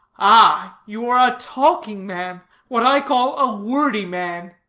ah, you are a talking man what i call a wordy man.